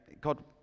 God